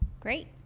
Great